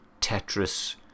Tetris